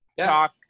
talk